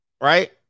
Right